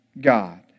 god